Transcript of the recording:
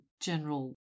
general